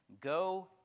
Go